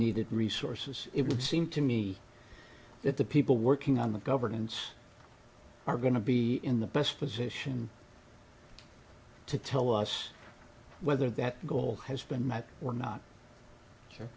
needed resources it would seem to me that the people working on the governance are going to be in the best position to tell us whether that goal has been met we're not sure